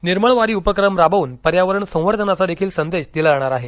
निर्मळ वारी उपक्रम राबवून पर्यावरण संवर्धनाचादेखील संदेश दिला जाणार आहे